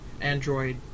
Android